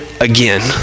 again